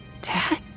Dad